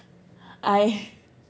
I